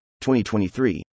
2023